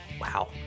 wow